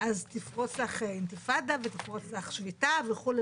אז תפרוץ לך אינתיפאדה ותפרוץ לך שביתה וכו'.